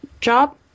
job